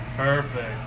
Perfect